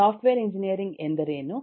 software engineering ಎಂದರೇನು